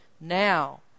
Now